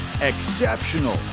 Exceptional